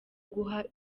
guha